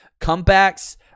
comebacks